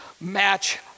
match